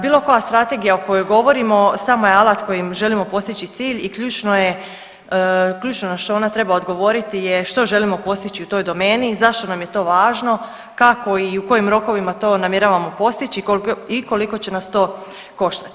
Bilo koja strategija o kojoj govorimo samo je alat kojim želimo postići cilj i ključno je na što ona treba odgovoriti je što želimo postići u toj domeni, zašto nam je to važno, kako i u kojim rokovima to namjeravamo postići i koliko će nas to koštati.